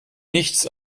nichts